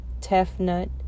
Tefnut